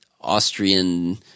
Austrian